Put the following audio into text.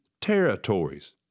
territories